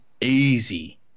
easy